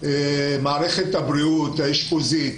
מערכת הבריאות האשפוזית,